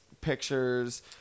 pictures